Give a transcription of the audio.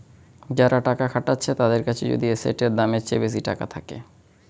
যারা টাকা খাটাচ্ছে তাদের কাছে যদি এসেটের দামের চেয়ে বেশি টাকা থাকে